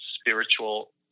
spiritual